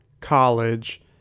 college